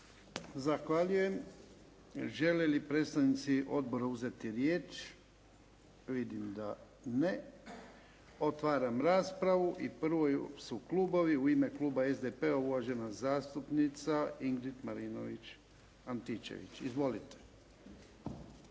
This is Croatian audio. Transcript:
Zahvaljujem. Žele li predstavnici odbora uzeti riječ? Vidim da ne. Otvaram raspravu. I prvo su klubovi. U ime kluba SDP-a, uvažena zastupnica Ingrid Antičević-Marinović.